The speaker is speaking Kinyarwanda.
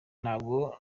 ntabwo